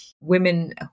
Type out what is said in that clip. women